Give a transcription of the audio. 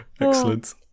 Excellent